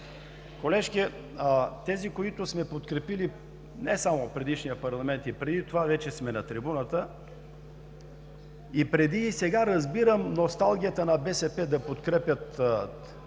Колежке, тези, които сме подкрепили не само в предишния парламент, и преди това, вече сме на трибуната. И преди, и сега разбирам носталгията на БСП да подкрепят